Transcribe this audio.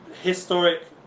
historic